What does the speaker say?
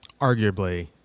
arguably